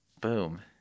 Boom